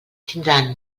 tindran